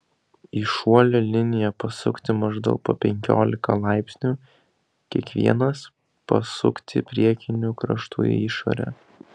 į šuolio liniją pasukti maždaug po penkiolika laipsnių kiekvienas pasukti priekiniu kraštu į išorę